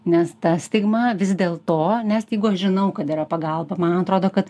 nes ta stigma vis dėl to nes jeigu aš žinau kad yra pagalba man atrodo kad